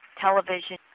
television